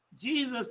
Jesus